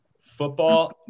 football